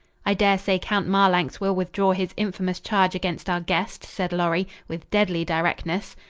i dare say count marlanx will withdraw his infamous charge against our guest, said lorry, with deadly directness.